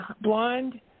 blonde